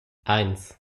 eins